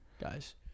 guys